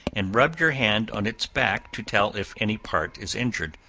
and rub your hand on its back to tell if any part is injured.